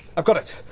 i've got it!